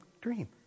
dream